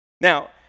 Now